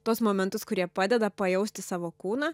tuos momentus kurie padeda pajausti savo kūną